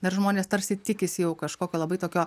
na ir žmonės tarsi tikisi jau kažkokio labai tokio